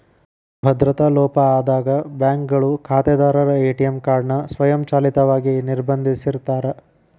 ಭದ್ರತಾ ಲೋಪ ಆದಾಗ ಬ್ಯಾಂಕ್ಗಳು ಖಾತೆದಾರರ ಎ.ಟಿ.ಎಂ ಕಾರ್ಡ್ ನ ಸ್ವಯಂಚಾಲಿತವಾಗಿ ನಿರ್ಬಂಧಿಸಿರ್ತಾರ